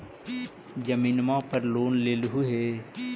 जमीनवा पर लोन लेलहु हे?